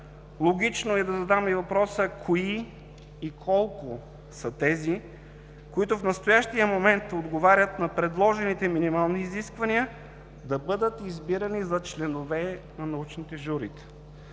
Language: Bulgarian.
Логично е да задам и въпроса: кои и колко са тези, които в настоящия момент отговарят на предложените минимални изисквания да бъдат избирани за членове на научните журита?